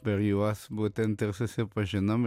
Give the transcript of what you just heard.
per juos būtent ir susipažinom